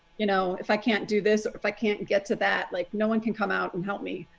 you know, if i can't do this, if i can't get to that, like no one can come out and help me.